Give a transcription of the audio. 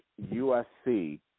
USC